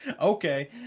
Okay